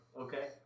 Okay